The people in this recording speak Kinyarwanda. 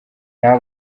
nta